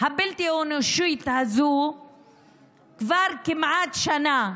הבלתי-אנושית הזו כבר כמעט שנה,